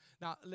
Now